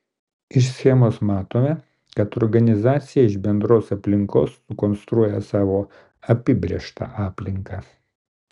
iš schemos matome kad organizacija iš bendros aplinkos sukonstruoja savo apibrėžtą aplinką